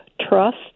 trust